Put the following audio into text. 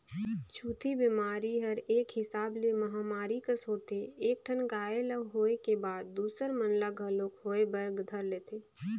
छूतही बेमारी हर एक हिसाब ले महामारी कस होथे एक ठन गाय ल होय के बाद दूसर मन ल घलोक होय बर धर लेथे